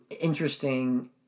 interesting